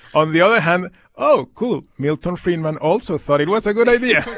on the other hand oh, cool milton friedman also thought it was a good idea.